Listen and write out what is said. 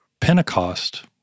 Pentecost